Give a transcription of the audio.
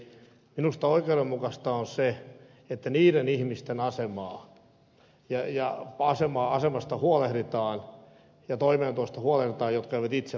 minusta oikeudenmukaista on se että niiden ihmisten asemasta huolehditaan ja toimeentulosta huolehditaan jotka eivät itse voi sitä tehdä